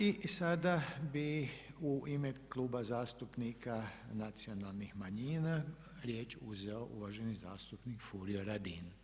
I sada bi u ime Kluba zastupnika nacionalnih manjina riječ uzeo uvaženi zastupnik Furio Radin.